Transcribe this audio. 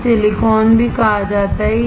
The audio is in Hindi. इसे सिलिकॉन भी कहा जाता है